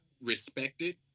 respected